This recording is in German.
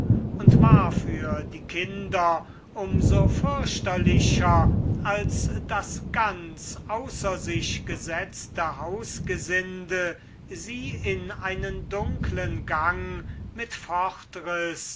und war für die kinder um so fürchterlicher als das ganz außer sich gesetzte hausgesinde sie in einen dunklen gang mit